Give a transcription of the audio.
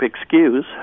excuse